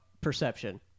perception